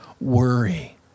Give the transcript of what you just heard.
worry